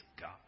God